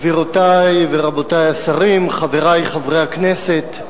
גבירותי ורבותי השרים, חברי חברי הכנסת,